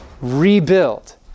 rebuild